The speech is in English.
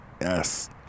yes